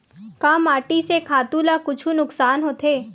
का माटी से खातु ला कुछु नुकसान होथे?